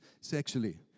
sexually